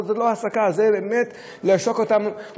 זה לא העסקה, זה באמת לעשוק את אותם עובדים.